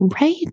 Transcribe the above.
Right